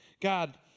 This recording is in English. God